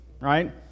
right